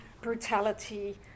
brutality